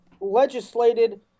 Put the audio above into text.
legislated